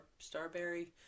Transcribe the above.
Starberry